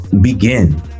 begin